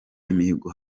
imihigo